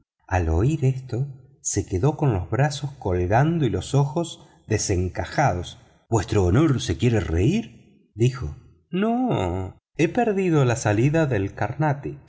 al oír esto se quedó con los brazos colgando y los ojos desencajados vuestro honor se quiere reír dijo no he perdido la salida del carnatic